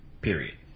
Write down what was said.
Period